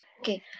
Okay